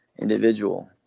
individual